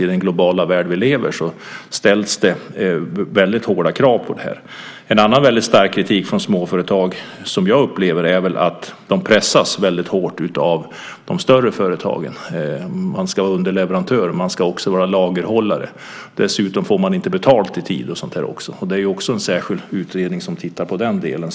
I den globala värld vi lever i ställs det hårda krav. En annan stark kritik från småföretagen handlar om att de pressas hårt av de större företagen. Man ska vara underleverantör, och man ska också vara lagerhållare, och dessutom får man inte betalt i tid och så vidare. Det finns en särskild utredning som tittar på den delen.